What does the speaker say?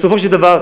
בסופו של דבר,